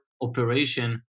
operation